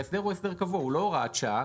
ההסדר קבוע, והוא אינו הוראת שעה.